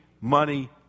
money